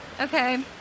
Okay